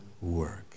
work